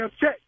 check